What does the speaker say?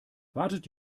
wartet